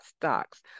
stocks